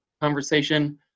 conversation